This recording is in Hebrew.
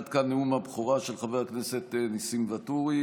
עד כאן נאום הבכורה של חבר הכנסת ניסים ואטורי.